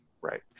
Right